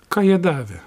ką jie davė